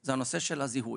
זה הנושא של הזיהוי,